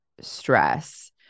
stress